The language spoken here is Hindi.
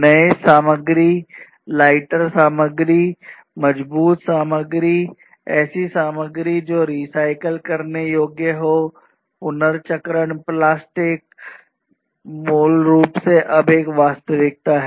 नई सामग्री लाइटर सामग्री मजबूत सामग्री ऐसी सामग्री जो रिसाइकिल करने योग्य हो पुनर्चक्रण प्लास्टिक मूल रूप से अब एक वास्तविकता हैं